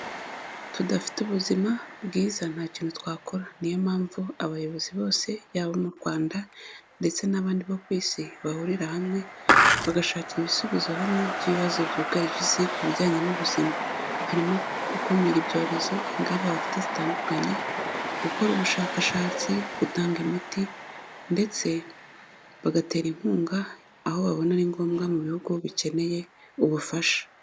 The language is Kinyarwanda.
Tudafite ubuzima bwiza nta kintu twakora. Niyo mpamvu abayobozi bose yaba abo mu Rwanda ndetse n'abandi bo ku isi bahurira hamwe bagashakira ibisubizo hamwe by'ibibazo byugarije isi ku bijyanye n'ubuzima. Harimo gukumira ibyorezo, ingamba bafite zitandukanye, gukora ubushakashatsi butanga imiti ndetse bagatera inkunga aho babona ari ngombwa mu bihugu bikeneye ubufasha.